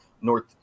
north